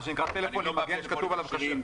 מה שנקרא טלפון עם מגן שכתוב עליו "כשר".